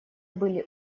были